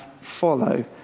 follow